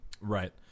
Right